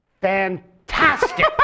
fantastic